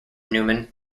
newman